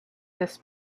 this